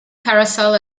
carousel